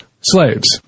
slaves